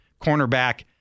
cornerback